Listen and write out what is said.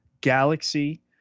galaxy